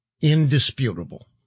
indisputable